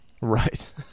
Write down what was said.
Right